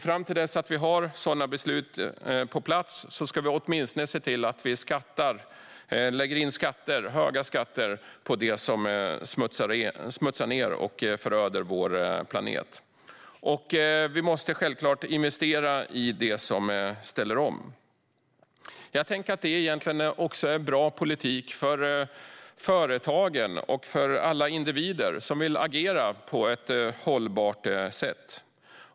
Fram tills vi har sådana beslut på plats ska vi åtminstone se till att lägga in skatter, höga skatter, på det som smutsar ned och föröder vår planet. Vi måste självklart investera i det som ställer om. Jag tänker att det här egentligen är bra politik för företagen och för alla individer som vill agera på ett hållbart sätt.